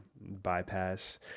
bypass